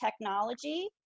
technology